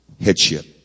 headship